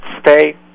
stay